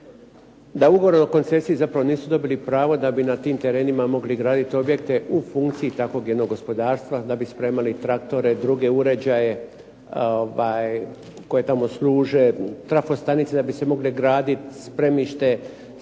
Da ugovor o koncesiji zapravo nisu dobili pravo da bi na tim terenima mogli graditi objekte u funkciji takvog jednog gospodarstva, da bi spremali traktore, druge uređaje koji tamo služe, trafostanice da bi se mogle graditi spremište alata,